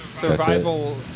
Survival